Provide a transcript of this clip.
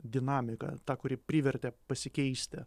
dinamika ta kuri privertė pasikeisti